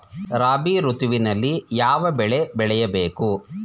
ರಾಬಿ ಋತುವಿನಲ್ಲಿ ಯಾವ ಬೆಳೆ ಬೆಳೆಯ ಬೇಕು?